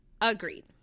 Agreed